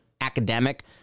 academic